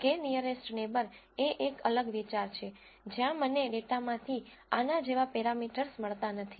k nearest neighbour એ એક અલગ વિચાર છે જ્યાં મને ડેટામાંથી આના જેવા પેરામીટર્સ મળતા નથી